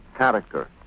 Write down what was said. character